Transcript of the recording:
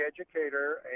educator